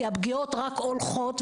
כי הפגיעות רק עולות,